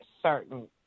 certain